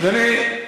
אדוני,